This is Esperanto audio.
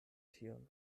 tion